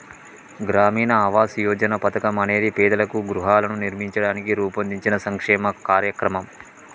గ్రామీణ ఆవాస్ యోజన పథకం అనేది పేదలకు గృహాలను నిర్మించడానికి రూపొందించిన సంక్షేమ కార్యక్రమం